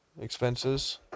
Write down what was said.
expenses